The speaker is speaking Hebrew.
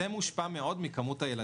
זה מושפע מאוד מכמות הילדים.